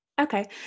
Okay